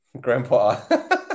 Grandpa